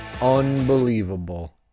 unbelievable